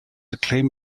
acclaimed